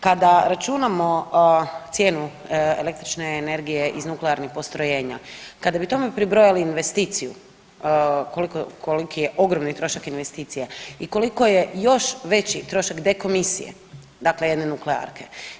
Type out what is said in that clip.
Kada računamo cijenu električne energije iz nuklearnih postrojenja, kada bi tome pribrojali investiciju koliki je ogromni trošak investicije i koliko je još veći trošak dekomisije, dakle jedne nuklearke.